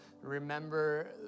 remember